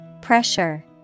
Pressure